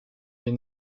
les